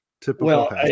Typical